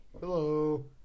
Hello